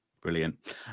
brilliant